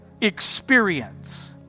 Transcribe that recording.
experience